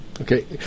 Okay